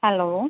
hello